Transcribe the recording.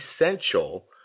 essential